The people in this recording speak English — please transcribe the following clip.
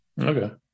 Okay